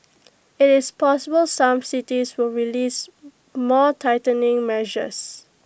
it's possible some cities will release more tightening measures